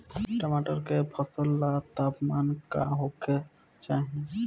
टमाटर के फसल ला तापमान का होखे के चाही?